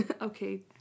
Okay